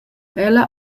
ella